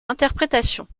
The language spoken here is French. interprétation